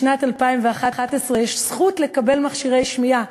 משנת 2011 יש זכות לקבל מכשירי שמיעה,